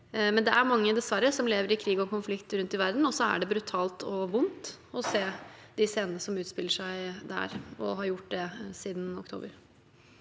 Det er dessverre mange som lever i krig og konflikt rundt om i verden. Og det er brutalt og vondt å se de scenene som utspiller seg der og har gjort det siden oktober.